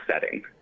setting